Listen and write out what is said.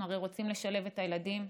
אנחנו רוצים לשלב את הילדים,